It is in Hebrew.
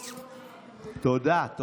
תודה.